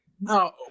No